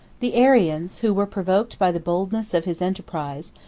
the arians, who were provoked by the boldness of his enterprise,